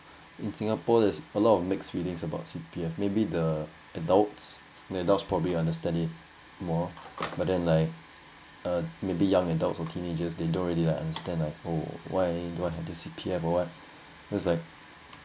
in singapore there's a lot of mixed feelings about C_P_F maybe the adults the adults probably will understand it more but then like uh maybe young adults or teenagers they don't really like understand like oh why do I have the C_P_F or what that's like